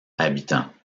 habitants